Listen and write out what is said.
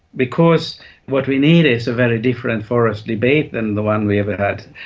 because what we need is a very different forest debate than the one we have had.